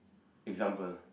example